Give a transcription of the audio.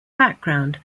background